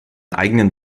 eigenen